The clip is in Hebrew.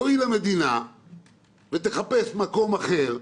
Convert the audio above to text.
תואיל המדינה ותחפש מקום אחר.